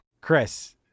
Chris